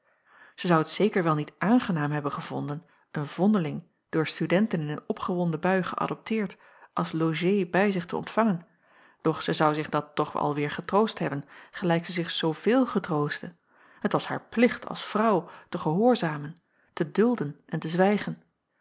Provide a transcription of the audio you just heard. zij zou het zeker wel niet aangenaam hebben gevonden een vondeling door studenten in een opgewonden bui geädopteerd als logée bij zich te ontvangen doch zij zou zich dat toch alweêr getroost hebben gelijk zij zich zooveel getroostte het was haar plicht als vrouw te gehoorzamen te dulden jacob van ennep laasje evenster en te zwijgen